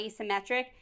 asymmetric